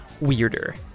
weirder